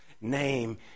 name